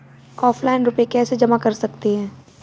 Offline रुपये कैसे जमा कर सकते हैं?